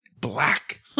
black